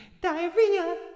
diarrhea